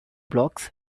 blocks